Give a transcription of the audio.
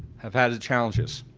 have had it's challenging.